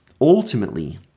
ultimately